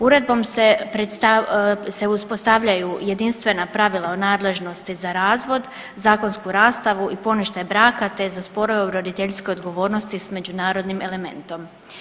Uredbom se uspostavljaju jedinstvena pravila o nadležnosti za razvod, zakonsku rastavu i poništaj braka te za sporove u roditeljskoj odgovornosti s međunarodnim elementom.